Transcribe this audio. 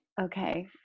okay